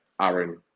Aaron